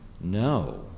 no